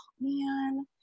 man